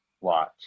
watch